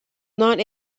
not